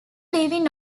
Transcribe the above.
leaving